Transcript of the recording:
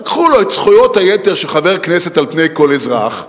לקחו לו את זכויות היתר של חבר כנסת על פני כל אזרח,